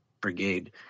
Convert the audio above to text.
brigade